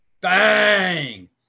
Bang